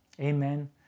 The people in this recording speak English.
Amen